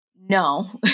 No